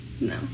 No